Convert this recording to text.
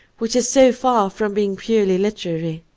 which is so far from being purely literary.